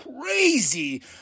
crazy